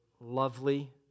lovely